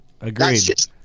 Agreed